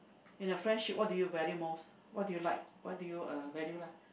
in a friendship what do you value most what do you like what do you uh value lah